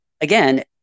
again